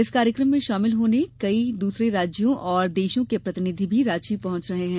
इस कार्यक्रम में शामिल होने कई दूसरे राज्यों व देशों के प्रतिनिधि भी रांची पहुंच रहे हैं